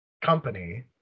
company